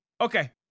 Okay